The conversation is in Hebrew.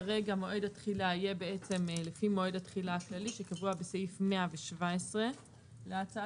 כרגע מועד התחילה יהיה לפי מועד התחילה הכללי שקבוע בסעיף 117 להצעת